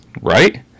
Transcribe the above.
Right